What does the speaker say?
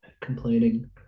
complaining